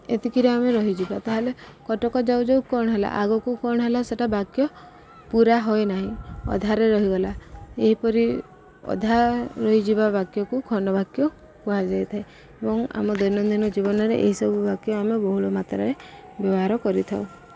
ଏତିକିରେ ଆମେ ରହିଯିବା ତା'ହେଲେ କଟକ ଯାଉ ଯାଉ କ'ଣ ହେଲା ଆଗକୁ କ'ଣ ହେଲା ସେଟା ବାକ୍ୟ ପୁରା ହୁଏ ନାହିଁ ଅଧାରେ ରହିଗଲା ଏହିପରି ଅଧା ରହିଯିବା ବାକ୍ୟକୁ ଖଣ୍ଡ ବାକ୍ୟ କୁହାଯାଇଥାଏ ଏବଂ ଆମ ଦୈନନ୍ଦିନ ଜୀବନରେ ଏହିସବୁ ବାକ୍ୟ ଆମେ ବହୁଳ ମାତ୍ରାରେ ବ୍ୟବହାର କରିଥାଉ